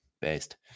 based